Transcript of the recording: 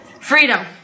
Freedom